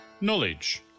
knowledge